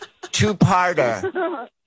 Two-parter